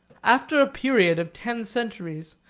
after a period of ten centuries,